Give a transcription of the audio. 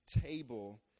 table